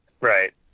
right